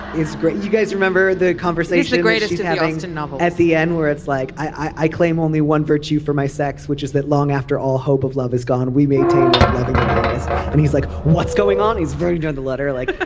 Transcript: is great you guys remember the conversation the greatest and like novel at the end were it's like i claim only one virtue for my sex, which is that long after all, hope of love is gone. we maintain like loving the longest and he's like, what's going on? he's very good. the letter, like but